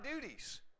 duties